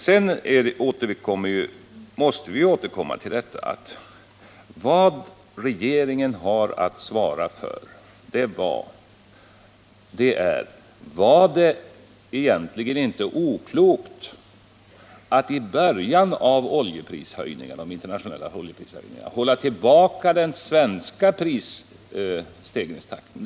Sedan måste vi återkomma till det som regeringen har att svara för: Var det egentligen inte oklokt att i början av de internationella oljeprishöjningarna hålla tillbaka den svenska prisstegringstakten?